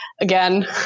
again